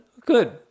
Good